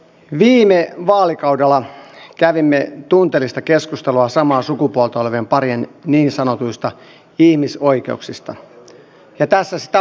viime vaalikaudella kävimme tunteellista keskustelua samaa sukupuolta olevien parien niin sanotuista ihmisoikeuksista ja tässä sitä ollaan